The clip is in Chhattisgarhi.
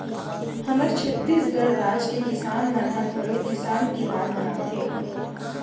हमर छत्तीसगढ़ राज के किसान मन ह घलोक किसान तिहार मनाथे